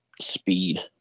speed